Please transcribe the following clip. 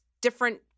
different